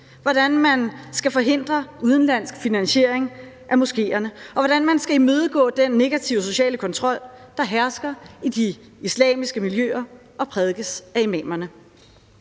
hvordan man skal forhindre udenlandsk finansiering af moskeerne, og hvordan man skal imødegå den negative sociale kontrol, der hersker i de islamiske miljøer og prædikes af imamerne.